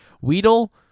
Weedle